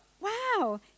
wow